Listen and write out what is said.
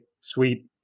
sweet